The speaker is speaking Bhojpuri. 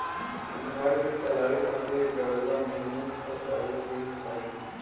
घर के चलावे खातिर रउआ मेहनत त करें के ही पड़ी